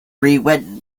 rewritten